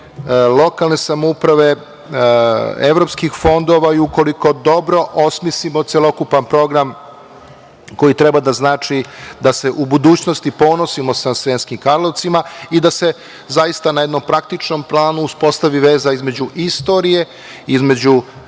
lokalne samouprave, evropskih fondova i ukoliko dobro osmislimo celokupan program koji treba da znači da se u budućnosti ponosimo sa Sremskim Karlovcima i da se na jednom praktičnom planu uspostavi veza između istorije, između